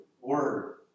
word